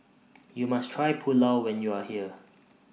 YOU must Try Pulao when YOU Are here